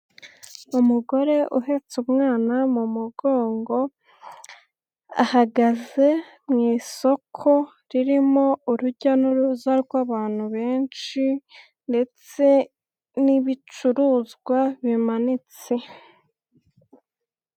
Umugore uhetse umwana mu mugongo, ahagaze mu isoko ririmo urujya n'uruza rw'abantu benshi ndetse n'ibicuruzwa bimanitse.